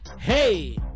Hey